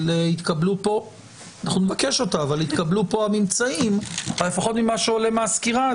אבל התקבלו פה הממצאים ממה שעולה מהסקירה,